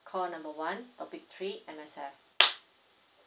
call number one topic three M_S_F